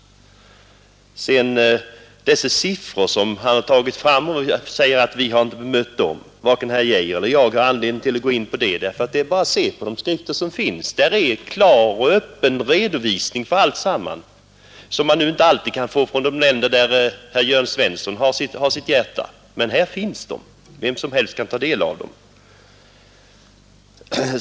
Sedan säger herr Svensson att vi inte har bemött de siffror han nämnde. Varken herr Geijer eller jag har anledning att göra det; det är bara att läsa de skrifter som finns. Där är alltsammans klart och öppet redovisat. Sådana uppgifter kan man inte alltid få från de länder hos vilka herr Svensson i Malmö har sitt hjärta. Men här finns de. Vem som helst kan ta del av dem.